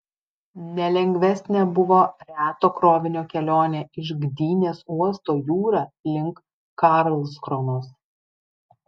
nelengvesnė buvo reto krovinio kelionė iš gdynės uosto jūra link karlskronos